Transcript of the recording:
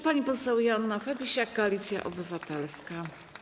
Pani poseł Joanna Fabisiak, Koalicja Obywatelska.